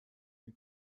این